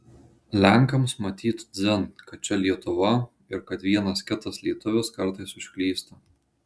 lenkams matyt dzin kad čia lietuva ir kad vienas kitas lietuvis kartais užklysta